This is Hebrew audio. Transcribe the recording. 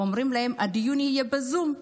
אומרים להם: הדיון יהיה בזום.